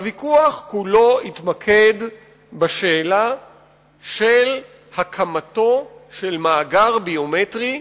הוויכוח כולו התמקד בשאלה של הקמתו של מאגר ביומטרי,